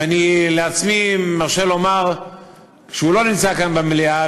ואני מרשה לעצמי לומר שכשהוא לא נמצא כאן במליאה,